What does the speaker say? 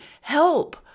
help